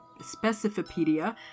Specifipedia